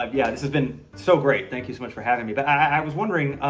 um yeah this has been so great, thank you so much for having me. but i was wondering,